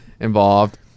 involved